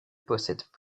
possède